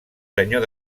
senyor